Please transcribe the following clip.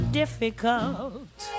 difficult